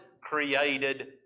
created